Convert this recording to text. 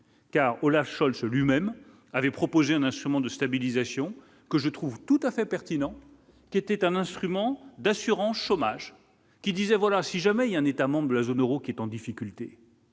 Car Aulas Shaul ce lui-même avait proposé un instrument de stabilisation que je trouve tout à fait pertinent, qui était un instrument d'assurance chômage qui disait voilà, si jamais un État membre de la zone Euro qui est en difficulté.